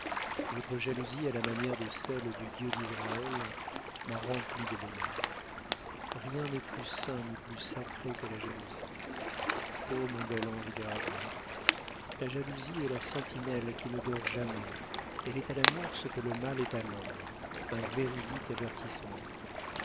votre jalousie à la manière de celle du dieu d'israël m'a rempli de bonheur rien n'est plus saint ni plus sacré que la jalousie o mon bel ange gardien la jalousie est la sentinelle qui ne dort jamais elle est à l'amour ce que le mal est à l'homme un véridique avertissement